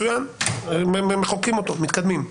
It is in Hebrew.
מחוקקים ומתקדמים.